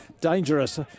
dangerous